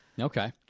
Okay